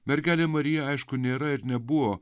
mergelė marija aišku nėra ir nebuvo